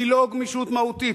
היא לא גמישות מהותית.